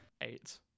eight